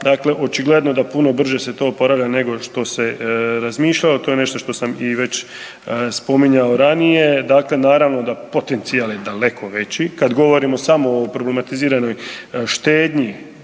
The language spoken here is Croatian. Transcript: Dakle, očigledno da puno brže se to oporavlja nego što se razmišljalo. To je nešto što sam i već spominjao ranije. Dakle, naravno da potencijal je daleko veći kad govorimo samo o problematiziranoj štednji